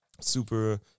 super